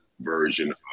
version